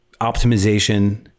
optimization